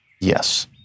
Yes